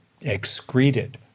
excreted